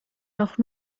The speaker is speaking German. noch